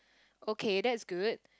okay that's good